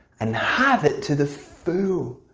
and have it to the full